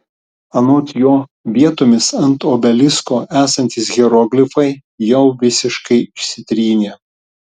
anot jo vietomis ant obelisko esantys hieroglifai jau visiškai išsitrynė